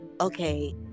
okay